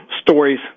stories